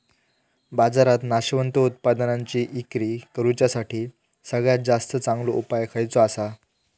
बाजारात नाशवंत उत्पादनांची इक्री करुच्यासाठी सगळ्यात चांगलो उपाय खयचो आसा?